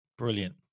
Brilliant